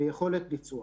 ויכולת ביצוע.